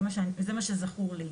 זה מה שזכור לי.